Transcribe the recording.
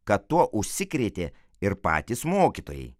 kad tuo užsikrėtė ir patys mokytojai